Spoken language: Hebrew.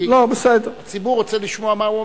כי הציבור רוצה לשמוע מה הוא אומר.